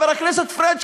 חבר הכנסת פריג',